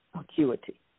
acuity